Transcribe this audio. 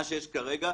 מה שיש כרגע,